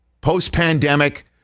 Post-pandemic